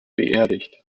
beerdigt